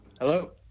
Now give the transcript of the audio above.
Hello